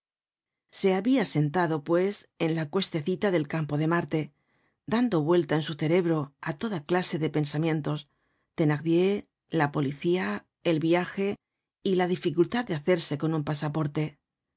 se habia sentado pues en la cuestecita del campo de marte dando vuelta en su cerebro á toda clase de pensamientos thenardier la policía el viaje y la dificultad de hacerse con un pasaporte